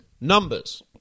Numbers